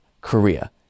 Korea